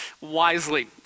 wisely